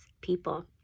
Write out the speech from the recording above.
people